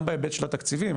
גם בהיבט של התקציבים,